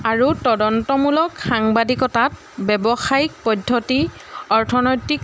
আৰু তদন্তমূলক সাংবাদিকতাত ব্যৱসায়িক পদ্ধতি অৰ্থনৈতিক